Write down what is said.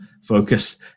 focus